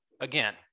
again